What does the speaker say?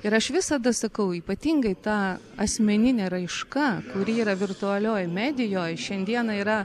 ir aš visada sakau ypatingai ta asmeninė raiška kuri yra virtualioj medijoj šiandieną yra